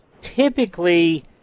typically